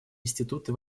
институты